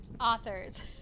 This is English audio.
authors